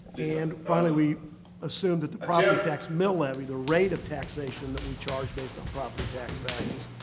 and finally, we assumed that the property tax mill levy, the rate of taxation that we charge based on property tax values,